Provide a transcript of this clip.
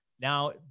Now